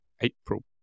April